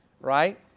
right